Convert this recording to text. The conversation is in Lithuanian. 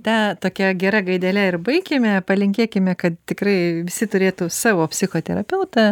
ta tokia gera gaidele ir baikime palinkėkime kad tikrai visi turėtų savo psichoterapeutą